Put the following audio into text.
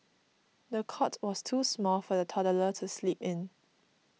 the cot was too small for the toddler to sleep in